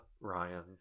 ryan